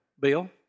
Bill